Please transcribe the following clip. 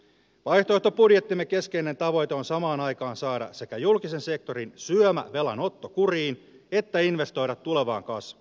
vaihtoehtobudjettimme keskeinen tavoite on samaan aikaan sekä saada julkisen sektorin syömävelanotto kuriin että investoida tulevaan kasvuun